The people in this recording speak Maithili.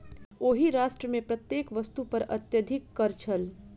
ओहि राष्ट्र मे प्रत्येक वस्तु पर अत्यधिक कर छल